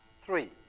Three